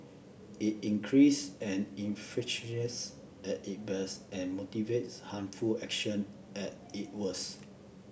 it increase and infuriates at it best and motivates harmful action at it worst